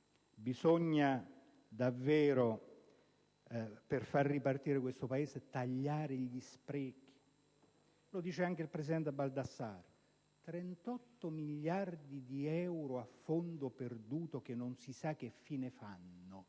affermando che per far ripartire questo Paese bisogna davvero tagliare gli sprechi. Lo dice anche il presidente Baldassarri: 38 miliardi di euro a fondo perduto, che non si sa che fine fanno.